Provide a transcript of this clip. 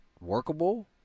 workable